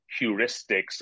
heuristics